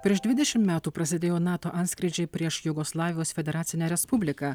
prieš dvidešimt metų prasidėjo nato antskrydžiai prieš jugoslavijos federacinę respubliką